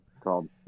called